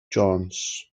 jones